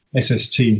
SST